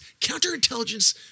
counterintelligence